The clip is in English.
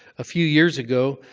a few years ago,